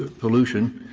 ah pollution,